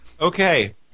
okay